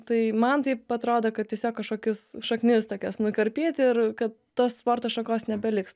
tai man taip atrodo kad tiesiog kažkokius šaknis tokias nukarpyt ir kad tos sporto šakos nebeliks